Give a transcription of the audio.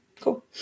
cool